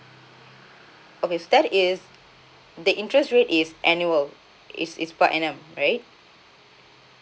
okay that is the interest rate is annual is is per annum right